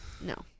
no